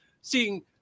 seeing